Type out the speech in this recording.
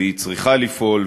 והיא צריכה לפעול,